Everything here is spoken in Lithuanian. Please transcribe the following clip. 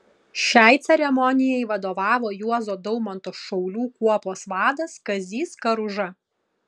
šiai ceremonijai vadovavo juozo daumanto šaulių kuopos vadas kazys karuža